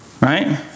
Right